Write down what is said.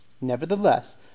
nevertheless